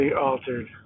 altered